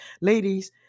Ladies